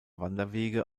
wanderwege